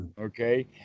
Okay